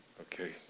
Okay